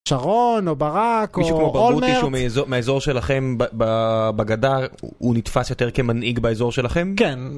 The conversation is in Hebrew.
שרון, או ברק, או אולמרט. מישהו כמו ברוטי שהוא מאזור שלכם בגדר, הוא נתפס יותר כמנהיג באזור שלכם? כן.